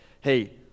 hey